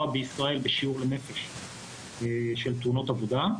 בישראל בשיעור לנפש של תאונות עבודה,